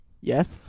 Yes